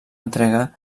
entrega